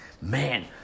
man